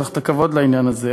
יש לך את הכבוד לעניין הזה,